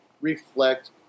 reflect